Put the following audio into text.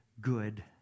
good